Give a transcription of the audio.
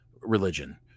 religion